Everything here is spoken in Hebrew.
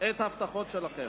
את ההבטחות שלכם.